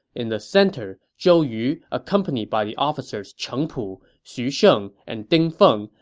in the center, zhou yu, accompanied by the officers cheng pu, xu sheng, and ding feng,